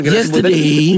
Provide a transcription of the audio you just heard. Yesterday